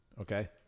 okay